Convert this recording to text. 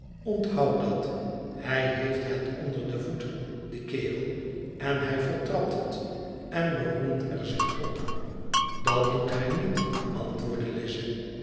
onthoud dat hij heeft het onder de voeten die kerel en hij vertrapt het en beroemt er zich op dat doet hij niet antwoordde lize